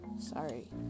Sorry